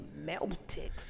Melted